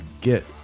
get